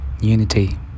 unity